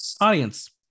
Audience